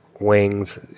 wings